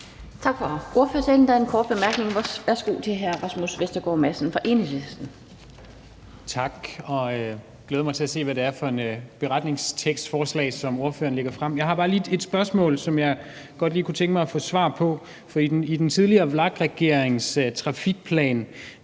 Tak for ordførertalen. Der er en kort bemærkning, så værsgo til hr. Rasmus Vestergaard Madsen fra Enhedslisten. Kl. 12:17 Rasmus Vestergaard Madsen (EL): Tak. Jeg glæder mig til at se, hvad det er for et forslag til en beretningstekst, som ordføreren lægger frem. Jeg har bare lige et spørgsmål, som jeg godt lige kunne tænke mig at få svar på. I den tidligere VLAK-regerings trafikplan